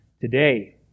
today